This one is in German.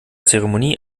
zeremonie